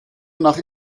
nach